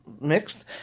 mixed